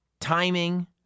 timing